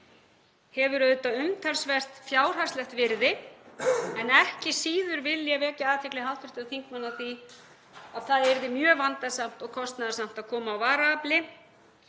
hefur auðvitað umtalsvert fjárhagslegt virði en ekki síður vil ég vekja athygli hv. þingmanna á því að það yrði mjög vandasamt og kostnaðarsamt að koma á varaafli.